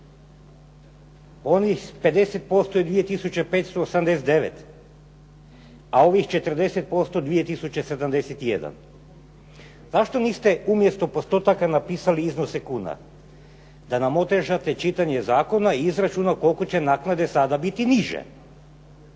Onih 50% je 2 tisuće 589. A ovih 40% 2 tisuće 71. Zašto niste umjesto postotaka napisali iznose kuna? Da nam otežate čitanje zakona i izračuna koliko će naknade sada biti niže.